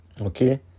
okay